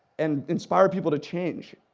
and inspire people to change?